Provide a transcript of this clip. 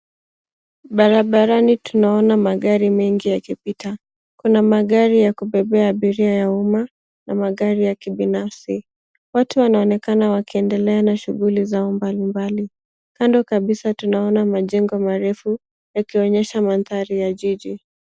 Barabarani tunaona magari mengi yakipita, kuna magari ya kubebea abiria ya umma na magari ya kibinafsi, watu wanaonekana wakiendelea na shughuli zao mbalimbali, kando kabisa tunaona majengo marefu yakionyesha mandhari ya jiji.